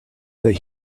that